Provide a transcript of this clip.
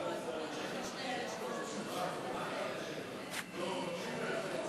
גברתי היושבת-ראש, חברי חברי